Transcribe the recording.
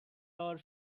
our